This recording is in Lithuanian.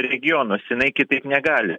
regionus jinai kitaip negali